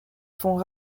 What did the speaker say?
font